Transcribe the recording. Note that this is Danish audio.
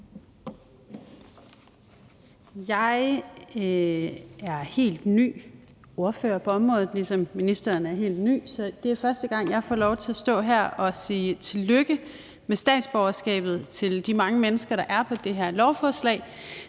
Jeg er helt ny ordfører på området, ligesom ministeren er helt ny, så det er første gang, jeg får lov til at stå her og sige tillykke med statsborgerskabet til de mange mennesker, der er på det her lovforslag.